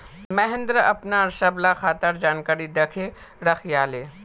महेंद्र अपनार सबला खातार जानकारी दखे रखयाले